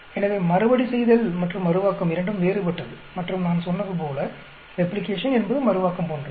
எனவே மறுபடிசெய்தல் மற்றும் மறுவாக்கம் இரண்டும் வேறுபட்டது மற்றும் நான் சொன்னது போல ரெப்ளிகேஷன் என்பது மறுவாக்கம் போன்றது